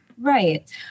Right